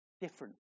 different